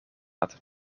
laten